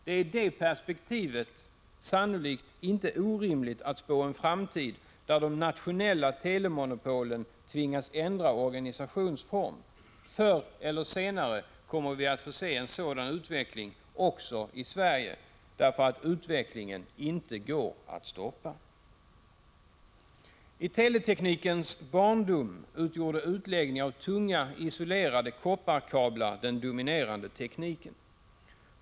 Det är i det perspektivet sannolikt inte orimligt att spå en framtid där de nationella telemonopolen tvingas ändra organisationsform. Förr eller senare kommer vi att få se en sådan utveckling också i Sverige, därför att utvecklingen inte går att stoppa. I teleteknikens barndom utgjorde utläggning av tunga isolerade kopparkablar den dominerande tekniken.